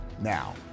now